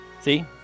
See